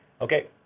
Okay